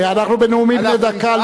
אנחנו בנאומים בני דקה,